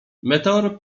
meteor